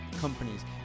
companies